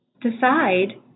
decide